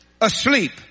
asleep